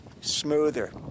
smoother